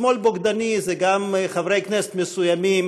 שמאל בוגדני זה גם חברי כנסת מסוימים,